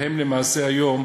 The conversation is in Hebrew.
והם למעשה היום,